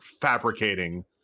fabricating